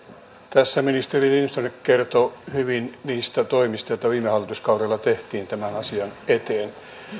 tässä ministeri lindström kertoi hyvin niistä toimista joita viime hallituskaudella tehtiin tämän asian eteen